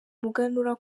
umuganura